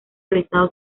realizado